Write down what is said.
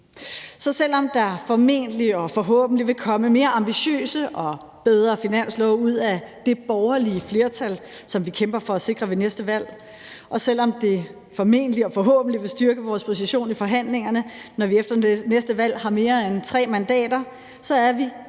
Så selv om der formentlig og forhåbentlig vil komme mere ambitiøse og bedre finanslove ud af det borgerlige flertal, som vi kæmper for at sikre ved næste valg, og selv om det formentlig og forhåbentlig vil styrke vores position i forhandlingerne, når vi efter næste valg har mere end tre mandater, er vi